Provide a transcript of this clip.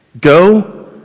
Go